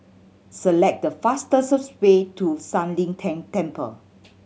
select the fastest way to San Lian Deng Temple